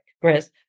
Chris